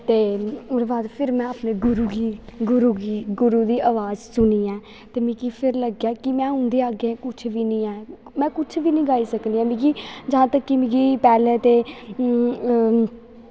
ते ओह्दे बाद फिर में अपने गुरु गी गुरु दी अवाज सुनियैं ते मिगी लग्गेआ कि में उं'दे अग्गें कुछ बी नेईं ऐं में कुछ बी निं गाई सकनी ऐं मिगी जां ते मिगी पैह्लें